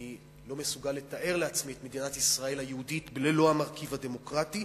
אני לא מסוגל לתאר לעצמי את מדינת ישראל היהודית ללא המרכיב הדמוקרטי,